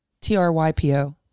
T-R-Y-P-O